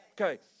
Okay